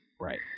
Right